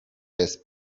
jest